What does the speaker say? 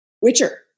Witcher